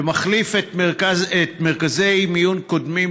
שמחליף מרכזי מיון קיימים,